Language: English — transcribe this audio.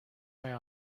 near